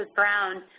ah brown.